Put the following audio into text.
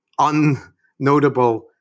unnotable